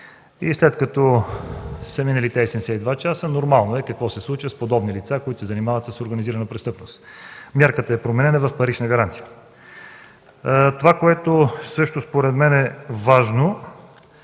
И след като са минали тези 72 часа, нормално е какво се случва с подобни лица, които се занимават с организирана престъпност – мярката е променена в парична гаранция. Това, което според мен също е важно